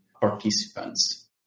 participants